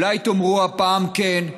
אולי תאמרו הפעם: כן,